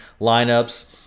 lineups